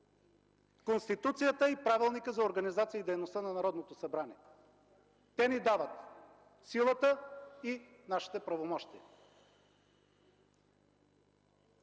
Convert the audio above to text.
Конституцията и Правилникът за организацията и дейността на Народното събрание – те ни дават силата и нашите правомощия.